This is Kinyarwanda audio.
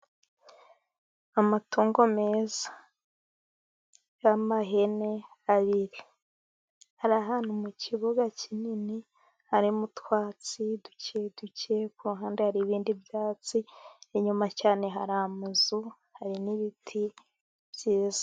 Amatungo meza y' amahene abiri, ari ahantu mu kibuga kinini harimo utwatsi duke duke ku ruhanda hari ibindi byatsi, inyuma cyane hari amazu hari n' ibiti byiza.